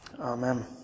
Amen